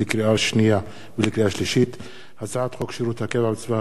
הצעת חוק שירות הקבע בצבא-הגנה לישראל (גמלאות) (תיקון מס' 27),